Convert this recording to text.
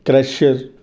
thresher